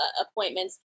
appointments